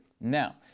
Now